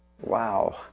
Wow